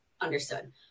Understood